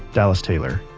dallas taylor.